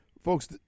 Folks